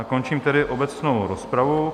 Končím tedy obecnou rozpravu.